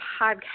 podcast